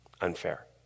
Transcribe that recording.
unfair